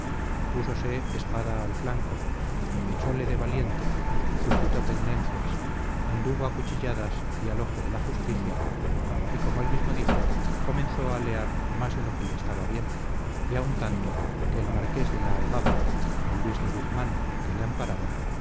púsose espada al flanco echole de valiente suscitó pendencias anduvo a cuchilladas y al ojo de la justicia y como él mismo dice comenzó a alear más de lo que le estaba bien y aun tanto que el marqués de la algaba d luis de guzmán que le amparaba